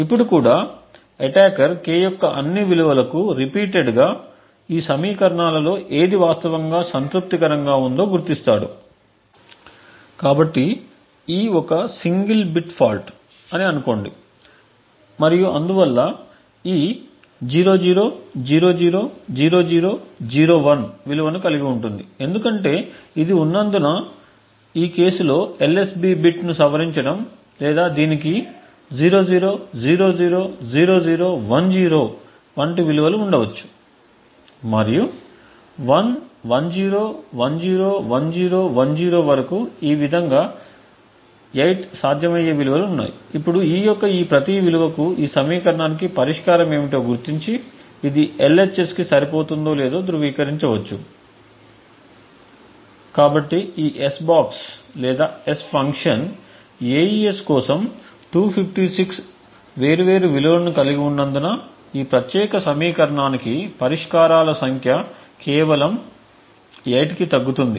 ఇప్పుడు కూడా attacker k యొక్క అన్ని విలువలకు రిపీటెడ్గా ఈ సమీకరణాలలో ఏది వాస్తవంగా సంతృప్తికరంగా ఉందో గుర్తిస్తాడు కాబట్టి e ఒక సింగిల్ బిట్ ఫాల్ట్ అని అనుకోండి మరియు అందువల్ల e 00000001 విలువను కలిగి ఉంటుంది ఎందుకంటే ఇది ఉన్నందున ఈ కేసు LSB బిట్ను సవరించడం లేదా దీనికి 00000010 వంటి విలువలు ఉండవచ్చు మరియు 10000000 వరకు ఈ విధంగా 8 సాధ్యమయ్యే విలువలు ఉన్నాయి ఇప్పుడు e యొక్క ఈ ప్రతి విలువలకు ఈ సమీకరణానికి పరిష్కారం ఏమిటో గుర్తించి ఇది LHS కి సరిపోతుందో లేదో ధృవీకరించవచ్చు కాబట్టి ఈ S బాక్స్ లేదా S ఫంక్షన్ AES కోసం 256 వేర్వేరు విలువలను కలిగి ఉన్నందున ఈ ప్రత్యేక సమీకరణానికి పరిష్కారాల సంఖ్య కేవలం 8 కి తగ్గుతుంది